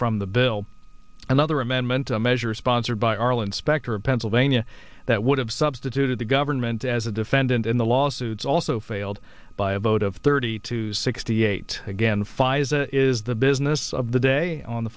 from the bill another amendment a measure sponsored by arlen specter of pennsylvania that would have substituted the government as a defendant in the lawsuits also failed by a vote of thirty to sixty eight again pfizer is the business of the day on the